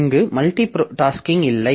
இங்கு multitasking இல்லை